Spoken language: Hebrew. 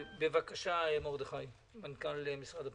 בבקשה, מרדכי כהן, מנכ"ל משרד הפנים.